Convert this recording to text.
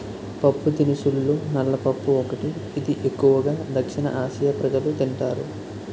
పప్పుదినుసుల్లో నల్ల పప్పు ఒకటి, ఇది ఎక్కువు గా దక్షిణఆసియా ప్రజలు తింటారు